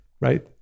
right